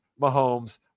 Mahomes